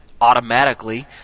automatically